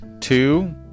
Two